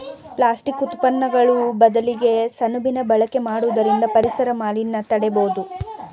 plastic ಉತ್ಪನ್ನಗಳು ಬದಲಿಗೆ ಸೆಣಬಿನ ಬಳಕೆ ಮಾಡುವುದರಿಂದ ಪರಿಸರ ಮಾಲಿನ್ಯ ತಡೆಯಬೋದು